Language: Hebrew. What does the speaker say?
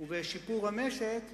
ולמען שיפור המשק,